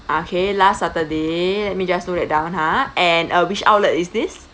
ah okay last saturday let me just note that down ha and uh which outlet is this